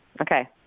Okay